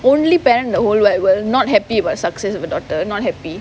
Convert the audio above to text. the only parent in the whole wide world not happy about the success of a doctor not happy